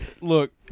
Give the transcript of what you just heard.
look